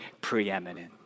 preeminent